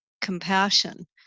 compassion